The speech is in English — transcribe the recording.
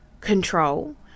control